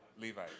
Levi